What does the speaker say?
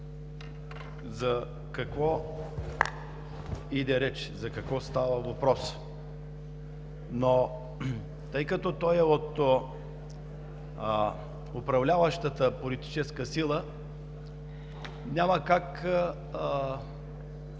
за какво иде реч, за какво става въпрос, но тъй като той е от управляващата политическа сила, няма как да изкаже